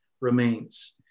remains